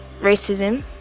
racism